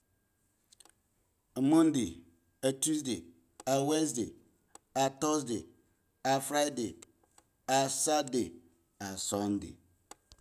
Eh monday eh tuesday eh wedsday eh thursday eh friday eh satday eh sunday